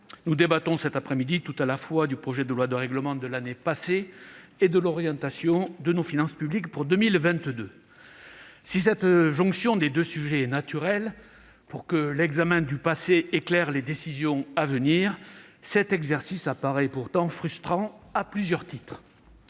nous débattons cet après-midi tout à la fois du projet de loi de règlement de l'année passée et de l'orientation de nos finances publiques pour 2022. Si la jonction de ces deux sujets est naturelle pour que l'examen du passé éclaire les décisions à venir, l'exercice paraît frustrant à plusieurs titres.